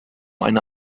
eine